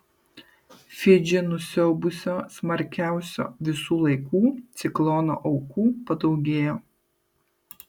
fidžį nusiaubusio smarkiausio visų laikų ciklono aukų padaugėjo